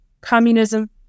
communism